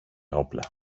όπλα